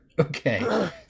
Okay